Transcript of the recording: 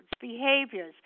behaviors